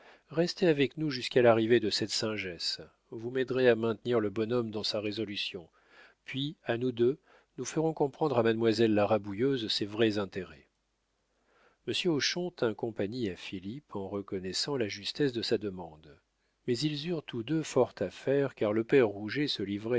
restez avec nous jusqu'à l'arrivée de cette singesse vous m'aiderez à maintenir le bonhomme dans sa résolution puis à nous deux nous ferons comprendre à mademoiselle la rabouilleuse ses vrais intérêts monsieur hochon tint compagnie à philippe en reconnaissant la justesse de sa demande mais ils eurent tous deux fort à faire car le père rouget se livrait